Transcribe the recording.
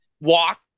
walk